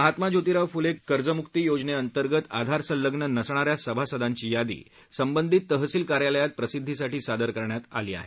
महात्मा जोतिराव फुले कर्जमुक्ती योजनें अंतर्गत आधार संलग्न नसणाऱ्या सभासदांची यादी संबंधित तहसिल कार्यालयात प्रसिध्दीसाठी सादर करण्यात आली आहे